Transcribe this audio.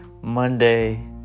Monday